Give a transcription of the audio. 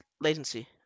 latency